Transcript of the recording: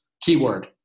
keyword